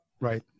Right